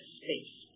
space